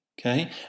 Okay